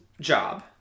job